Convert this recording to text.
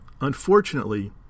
unfortunately